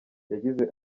yagize